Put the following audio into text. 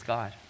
God